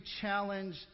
challenge